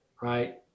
right